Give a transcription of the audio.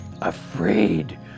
afraid